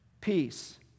peace